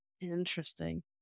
Interesting